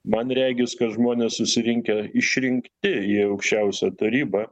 man regis kad žmonės susirinkę išrinkti į aukščiausiąją tarybą